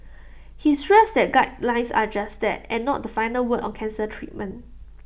he stressed that guidelines are just that and not the final word on cancer treatment